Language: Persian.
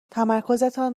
تمرکزتان